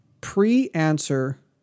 Pre-answer